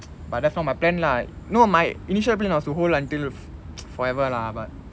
but that's not my plan lah no my initial plan was to hold until like forever lah but